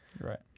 Right